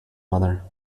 mother